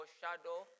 shadow